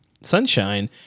sunshine